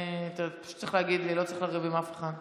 ואנחנו רואים מה מצב החינוך היום